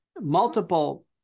multiple